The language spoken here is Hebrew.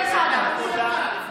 מפלגת העבודה,